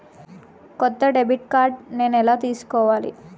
కొత్త debit card నేను ఎలా తీసుకోవాలి?